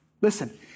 Listen